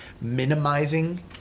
minimizing